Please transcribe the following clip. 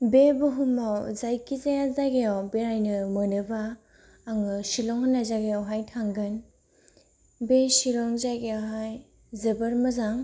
बे बुहुमाव जायखिजाया जायगायाव बेरायनो मोनोबा आङो शिलं होननाय जायगायावहाय थांगोन बे शिलं जायगायाहाय जोबोर मोजां